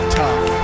tough